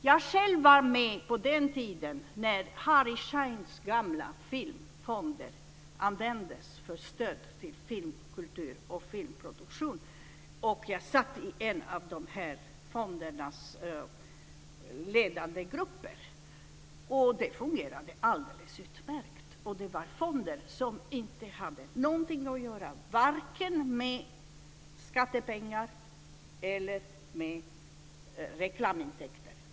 Jag var själv med på den tiden när Harry Scheins gamla filmfonder användes för stöd till filmkultur och filmproduktion. Jag satt i en av fondernas ledande grupper. Detta fungerade alldeles utmärkt - och det var fonder som inte hade någonting att göra med vare sig skattepengar eller med reklamintäkter.